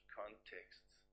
contexts